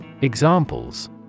Examples